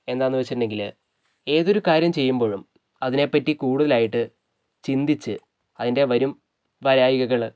എന്താന്ന് വെച്ചിട്ടുണ്ടെങ്കിൽ ഏതൊരു കാര്യം ചെയ്യുമ്പോഴും അതിനെപ്പറ്റി കൂടുതലായിട്ട് ചിന്തിച്ച് അതിൻ്റെ വരും വരായികകള്